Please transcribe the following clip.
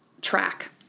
track